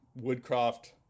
Woodcroft